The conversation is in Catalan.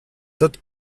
tot